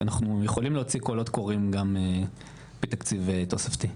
אנחנו יכולים להוציא קולות קוראים גם בתקציב תוספתי.